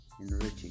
enriching